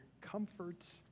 Comfort